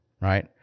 Right